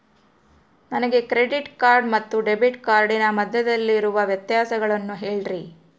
ನನಗೆ credit card ಮತ್ತು debit ಕಾರ್ಡಿನ ಮಧ್ಯದಲ್ಲಿರುವ ವ್ಯತ್ಯಾಸವನ್ನು ಹೇಳ್ರಿ?